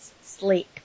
sleep